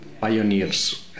pioneers